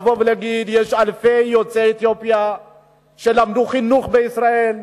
להגיד: יש אלפי יוצאי אתיופיה שלמדו חינוך בישראל,